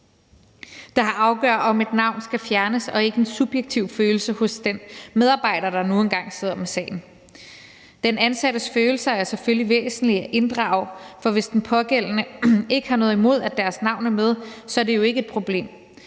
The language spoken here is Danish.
der afgør, om et navn skal fjernes, og ikke en subjektiv følelse hos den medarbejder, der nu engang sidder med sagen. Den ansattes følelser er selvfølgelig væsentlige at inddrage, for hvis den pågældende ikke har noget imod, at vedkommendes navn er med, er det jo ikke et problem.